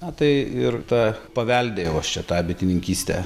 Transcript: na tai ir tą paveldėjau aš čia tą bitininkystę